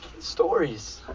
stories